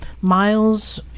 miles